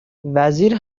وزیر